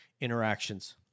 interactions